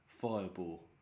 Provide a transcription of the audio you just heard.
Fireball